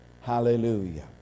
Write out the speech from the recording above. Hallelujah